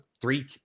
three